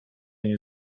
nie